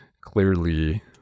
clearly